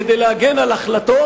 כדי להגן על החלטות,